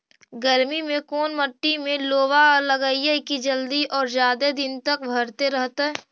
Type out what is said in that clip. गर्मी में कोन मट्टी में लोबा लगियै कि जल्दी और जादे दिन तक भरतै रहतै?